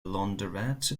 launderette